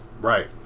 Right